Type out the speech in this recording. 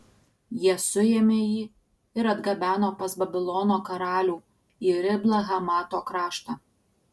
jie suėmė jį ir atgabeno pas babilono karalių į riblą hamato kraštą